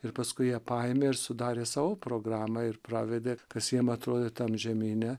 ir paskui jie paėmė ir sudarė savo programą ir pravedė kas jiems atrodė tam žemyne